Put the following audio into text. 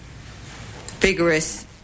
vigorous